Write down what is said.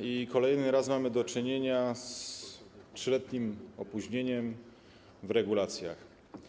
i kolejny raz mamy do czynienia z 3-letnim opóźnieniem w regulacjach.